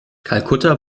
kalkutta